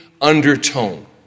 undertone